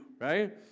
right